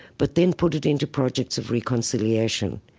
but then put it into projects of reconciliation,